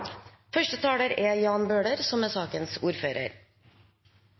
Første taler er representanten Åsunn Lyngedal, som er sakens ordfører.